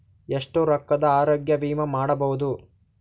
ಎಷ್ಟ ರೊಕ್ಕದ ಆರೋಗ್ಯ ವಿಮಾ ಮಾಡಬಹುದು?